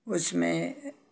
उसमें